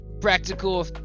practical